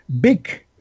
big